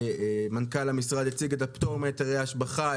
מנכ"ל המשרד הציג את הפטור מהיתרי השבחה,